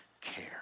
care